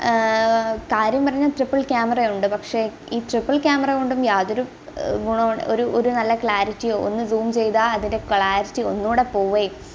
കാര്യം പറഞ്ഞാൽ തൃബിൾ ക്യാമറയുണ്ട് പക്ഷേ ഈ തൃബിൾ ക്യാമറ കൊണ്ടും യാതൊരു ഗുണവും ഒരു ഒരു നല്ല ക്ലാരിറ്റിയോ ഒന്ന് സൂം ചെയ്താൽ അതിന്റെ ക്ലാരിറ്റി ഒന്നുംകൂടി പോകും